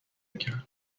کرد